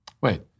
Wait